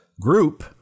group